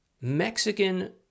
Mexican